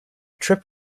trip